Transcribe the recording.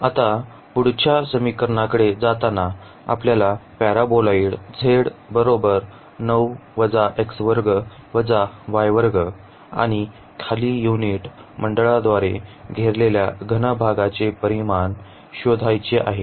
आता पुढच्या समस्येकडे जाताना आपल्याला पॅराबोला पॅराबोलॉइड आणि खाली युनिट मंडळाद्वारे घेरलेल्या घन भागाचे परिमाण शोधायचे आहे